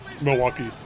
Milwaukee